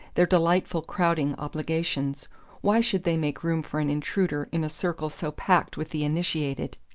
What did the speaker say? their delightful crowding obligations why should they make room for an intruder in a circle so packed with the initiated?